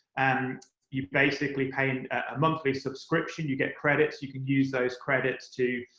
and you basically pay and a monthly subscription. you get credits. you can use those credits to,